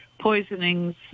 poisonings